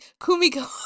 Kumiko